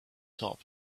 top